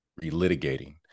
relitigating